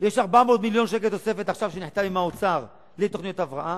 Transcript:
ויש 400 מיליון שקל תוספת שעכשיו נחתמה עם האוצר לתוכניות הבראה.